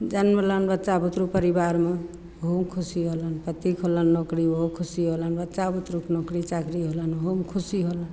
जन्म भेलनि बच्चा बुतरूक परिवारमे ओहोमे खुशी होलनि पतिके होलनि नौकरी ओहोमे खुशी होलनि बच्चा बुतरूक नौकरी चाकरी होलनि ओहुमे खुशी होलनि